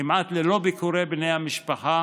וכמעט ללא ביקורי בני המשפחה,